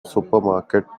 supermarket